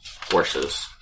horses